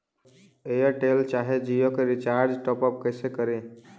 Airtel चाहे जियो के लिए टॉप अप रिचार्ज़ कैसे करी?